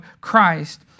Christ